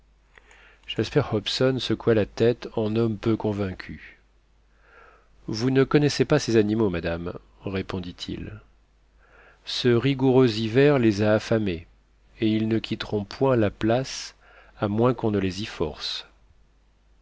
jasper hobson secoua la tête en homme peu convaincu vous ne connaissez pas ces animaux madame répondit-il ce rigoureux hiver les a affamés et ils ne quitteront point la place à moins qu'on ne les y force